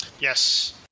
Yes